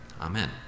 Amen